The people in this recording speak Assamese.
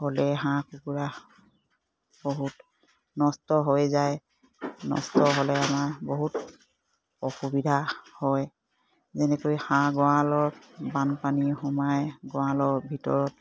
হ'লে হাঁহ কুকুৰা বহুত নষ্ট হৈ যায় নষ্ট হ'লে আমাৰ বহুত অসুবিধা হয় যেনেকৈ হাঁহ গড়ালত বানপানী সোমাই গড়ালৰ ভিতৰত